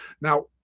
Now